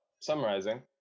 summarizing